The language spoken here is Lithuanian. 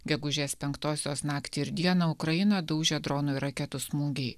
gegužės penktosios naktį ir dieną ukrainą daužė dronų ir raketų smūgiai